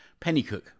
Pennycook